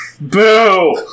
Boo